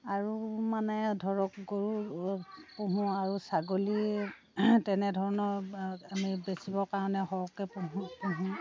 আৰু মানে ধৰক গৰু পোহো আৰু ছাগলী তেনেধৰণৰ আমি বেচিব কাৰণে আমি সৰহকৈ পোহো